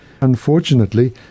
unfortunately